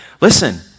Listen